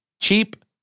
cheap